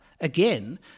again